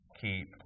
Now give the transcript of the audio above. keep